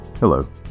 Hello